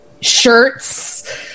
shirts